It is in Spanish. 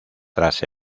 tras